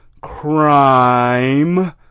Crime